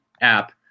app